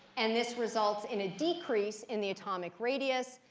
and this results in a decrease in the atomic radius.